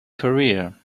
career